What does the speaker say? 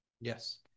yes